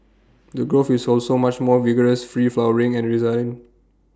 the growth is also much more vigorous free flowering and resilient